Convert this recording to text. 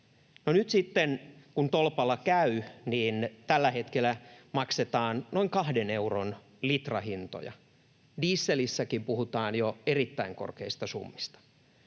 nyt sitten, kun tolpalla käy, niin tällä hetkellä maksetaan noin kahden euron litrahintoja, dieselissäkin puhutaan jo erittäin korkeista summista.